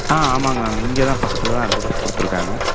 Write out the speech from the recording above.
ஆ ஆமாங்க மேம் இங்கே தான் பக்கத்தில் தான் அட்ரஸ் கொடுத்துருக்காங்க